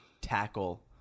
tackle